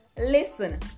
Listen